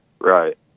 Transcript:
Right